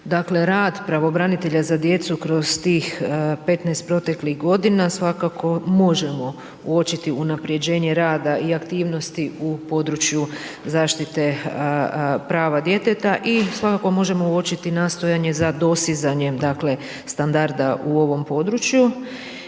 rad pravobranitelja za djecu kroz tih 15 proteklih godina, svakako možemo uočiti unaprjeđenje rada i aktivnosti u području zaštite prava djeteta i svakako možemo uočiti nastojanje za dostizanjem, dakle, standarda u ovom području